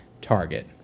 target